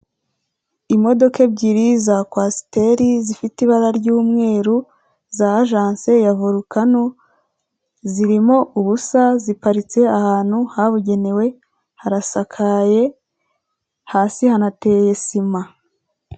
Imodoka ebyiri za kwasiteri zifite ibara ry'umweru, za ajanse ya vorukano, zirimo ubusa ziparitse ahantu habugenewe, harasakaye hasi hanateye sima.